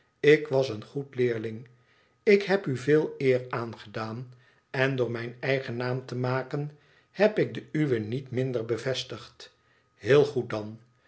ik was een goed leerling ik heb u veel eer aangedaan en door mijn eigen naam te msücen heb ik den uwen niet minder bevestigd heel goed dan